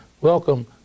Welcome